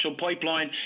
pipeline